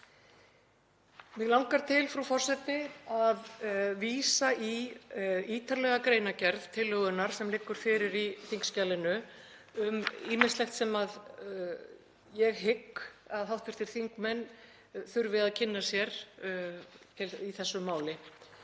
Mig langar, frú forseti, að vísa í ítarlega greinargerð tillögunnar sem liggur fyrir í þingskjalinu um ýmislegt sem ég hygg að hv. þingmenn þurfi að kynna sér í þessu máli.